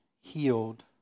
healed